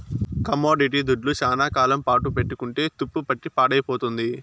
commodity దుడ్లు శ్యానా కాలం పాటు పెట్టుకుంటే తుప్పుపట్టి పాడైపోతుంది